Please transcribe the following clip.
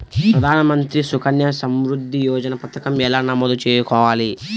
ప్రధాన మంత్రి సుకన్య సంవృద్ధి యోజన పథకం ఎలా నమోదు చేసుకోవాలీ?